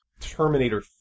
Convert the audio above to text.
Terminator